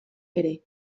ere